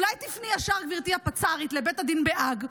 גברתי הפצ"רית, אולי תפני ישר לבית הדין בהאג?